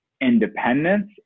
independence